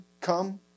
come